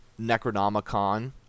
Necronomicon